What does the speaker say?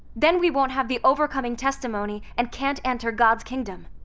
then we won't have the overcoming testimony and can't enter god's kingdom.